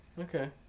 okay